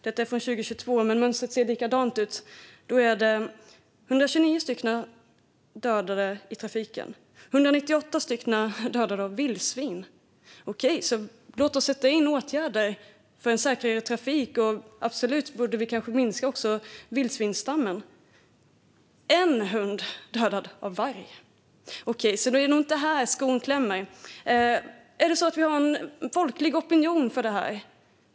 Den är från 2022, men mönstret ser likadant ut. Det var 129 stycken som dödades i trafiken och 198 stycken som dödades av vildsvin. Okej, låt oss då sätta in åtgärder för att göra trafiken säkrare och kanske också minska vildsvinsstammen. Det var 1 hund som dödades av varg, så det är nog inte där skon klämmer. Är det för att vi har en folklig opinion?